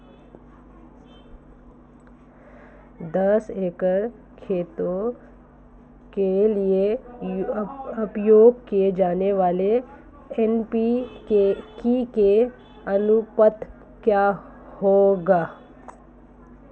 दस एकड़ खेती के लिए उपयोग की जाने वाली एन.पी.के का अनुपात क्या होगा?